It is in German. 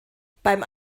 beim